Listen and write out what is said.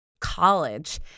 college